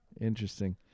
Interesting